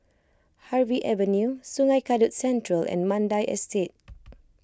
Harvey Avenue Sungei Kadut Central and Mandai Estate